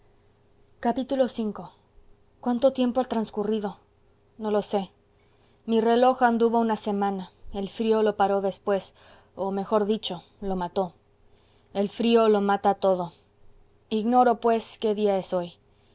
v cuánto tiempo ha transcurrido no lo sé mi reloj anduvo una semana el frío lo paró después o mejor dicho lo mató el frío lo mata todo ignoro pues qué día es hoy